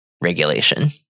regulation